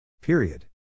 Period